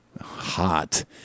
Hot